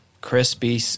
crispy